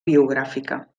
biogràfica